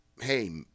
hey